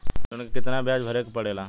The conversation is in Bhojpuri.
लोन के कितना ब्याज भरे के पड़े ला?